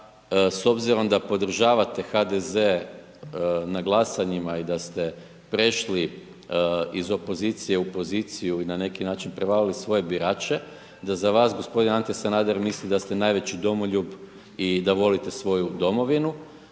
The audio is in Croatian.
s obzirom da podržavate HDZ na glasanjima i da ste prešli iz opozicije u opozicije, na neki način prevarili svoje birače, da za vas gospodin Ante Sanader, misli da ste najveći domoljub i da volite svoju domovinu